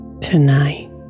tonight